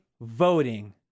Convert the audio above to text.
voting